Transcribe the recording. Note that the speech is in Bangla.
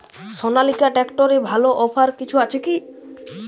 সনালিকা ট্রাক্টরে ভালো অফার কিছু আছে কি?